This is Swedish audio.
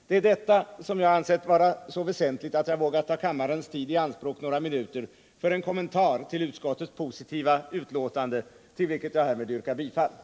Det är detta som jag ansett vara så väsentligt att jag vågat ta kammarens tid i anspråk några minuter för en kommentar till utskottets positiva skrivning, och jag yrkar härmed bifall till dess hemställan.